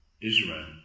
Israel